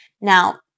Now